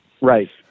Right